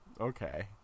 Okay